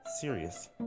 serious